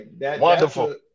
Wonderful